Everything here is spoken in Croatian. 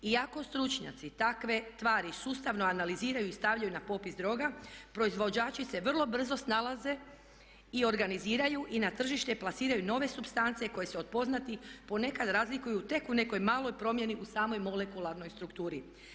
Iako stručnjaci takve tvari sustavno analiziraju i stavljaju na popis droga proizvođači se vrlo brzo snalaze i organiziraju i na tržište plasiraju nove supstance koji se od poznatih ponekada razlikuju tek u nekoj maloj promjeni u samoj monekularnoj strukturi.